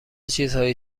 چیزهایی